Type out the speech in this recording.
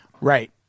Right